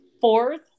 fourth